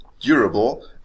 durable